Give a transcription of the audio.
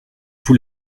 vous